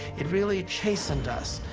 it really chastened us,